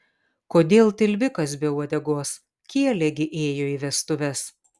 kodėl tilvikas be uodegos kielė gi ėjo į vestuves